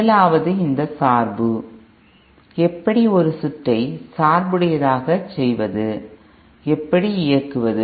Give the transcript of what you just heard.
முதலாவது இந்த சார்பு எப்படி ஒரு சுற்றை சார்புடையதாக செய்வது எப்படி இயக்குவது